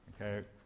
okay